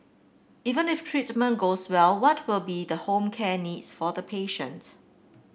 even if treatment goes well what will be the home care needs for the patient